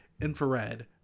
infrared